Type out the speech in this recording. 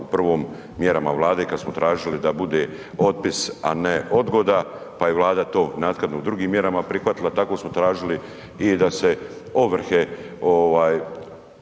u prvom mjerama Vlade kad smo tražili da bude otpis, a ne odgoda pa je Vlada to naknadno drugim mjerama prihvatila. Tako smo tražili i da se ovrhe